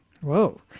Whoa